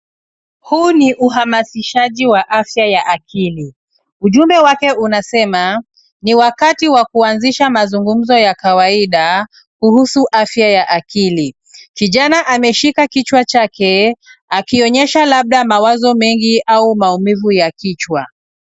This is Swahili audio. Huu ni uhamasishaji wa afya ya akili. Ujumbe wake unasema ni wakati wa kuanzisha mazungumzo ya kawaida kuhusu afya ya akili. Kijana ameshika kichwa chake akionyesha labda mawazo mengi au maumivu ya kichwa.